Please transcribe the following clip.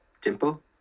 dimple